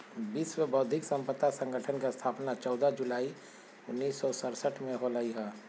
विश्व बौद्धिक संपदा संगठन के स्थापना चौदह जुलाई उननिस सो सरसठ में होलय हइ